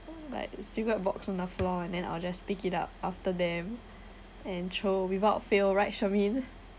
like cigarette box on the floor and then I'll just pick it up after them and throw without fail right charmaine